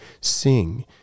sing